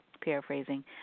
paraphrasing